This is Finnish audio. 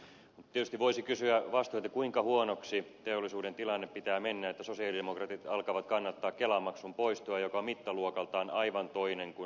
mutta tietysti voisi kysyä vastaan kuinka huonoksi teollisuuden tilanteen pitää mennä että sosialidemokraatit alkavat kannattaa kelamaksun poistoa joka on mittaluokaltaan aivan toinen kuin sähköveron poisto